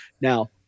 Now